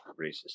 racist